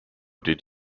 did